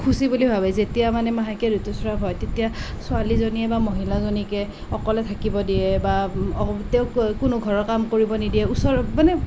অশুচি বুলি ভাৱে যেতিয়া মানে মাহেকীয়া ঋতুস্ৰাৱ হয় তেতিয়া ছোৱালীজনীয়ে বা মহিলাজনীকে অকলে থাকিব দিয়ে বা তেওঁক কোনো ঘৰৰ কাম কৰিব নিদিয়ে ওচৰত মানে